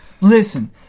Listen